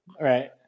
Right